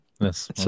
Yes